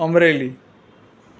Amreli